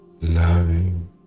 loving